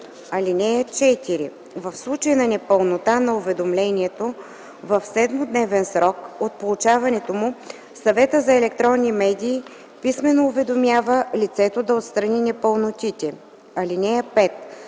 език. (4) В случай на непълнота на уведомлението в 7-дневен срок от получаването му Съветът за електронни медии писмено уведомява лицето да отстрани непълнотите. (5)